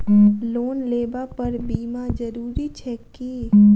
Loan लेबऽ पर बीमा जरूरी छैक की?